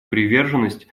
приверженность